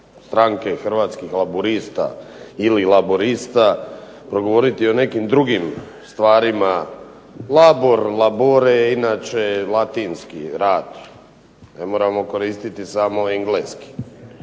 Stranke hrvatskih laburista ili Laburista progovoriti o nekim drugim stvarima. Labur, labure je inače latinski rad, ne moramo koristiti samo engleski,